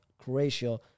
Croatia